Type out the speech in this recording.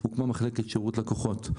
הוא כמו מחלקת שירות לקוחות.